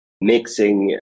mixing